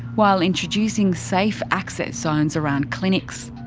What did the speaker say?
while introducing safe access zones around clinics.